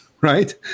right